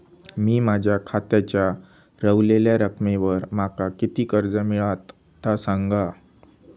मी माझ्या खात्याच्या ऱ्हवलेल्या रकमेवर माका किती कर्ज मिळात ता सांगा?